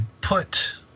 put